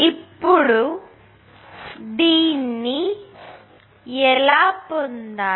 ఇప్పుడు దీన్ని ఎలా పొందాలి